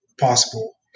possible